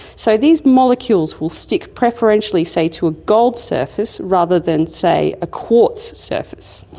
so these molecules will stick preferentially, say, to a gold surface rather than, say, a quartz surface.